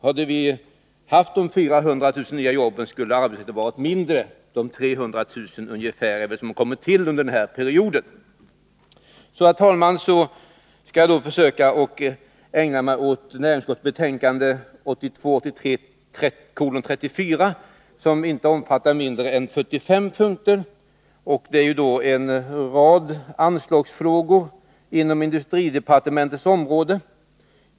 Hade vi haft de 400 000 nya jobben, skulle arbetslösheten ha varit mindre än med de ungefär 300 000 nya arbetstillfällen som har kommit till under den här perioden. Herr talman! Jag skall så ägna mig åt näringsutskottets betänkande 1982/83:34, som omfattar inte mindre än 45 punkter och behandlar bl.a. många anslagsfrågor inom industridepartementets område.